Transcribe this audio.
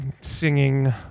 singing